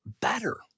better